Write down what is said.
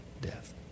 death